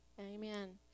Amen